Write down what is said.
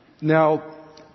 Now